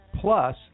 Plus